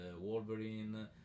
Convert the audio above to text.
Wolverine